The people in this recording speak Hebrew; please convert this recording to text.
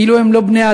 כאילו הם לא בני-אדם.